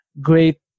great